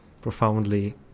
profoundly